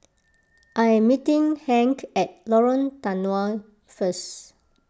I am meeting Hank at Lorong Danau first